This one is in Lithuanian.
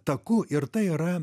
taku ir tai yra